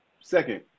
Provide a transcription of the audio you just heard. second